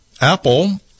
apple